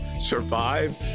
survive